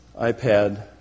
iPad